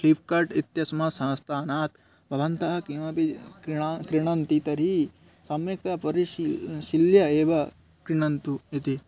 प्लिफ्कार्ट् इत्यस्मात् संस्थानात् भवन्तः किमपि क्रिणा क्रिणन्ति तर्हि सम्यक्तया परिशील्य शील्य एव क्रिणन्तु इति